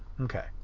Okay